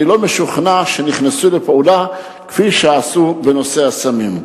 אני לא משוכנע שנכנסו לפעולה כפי שעשו בנושא הסמים.